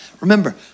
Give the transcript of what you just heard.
Remember